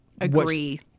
agree